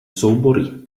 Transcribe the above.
soubory